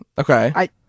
Okay